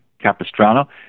Capistrano